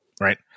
right